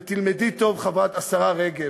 ותלמדי טוב, השרה רגב: